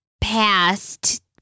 past